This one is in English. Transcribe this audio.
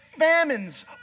Famines